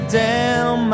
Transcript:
down